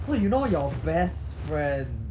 so you know your best friend